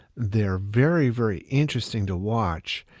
they're very, very interesting to watch,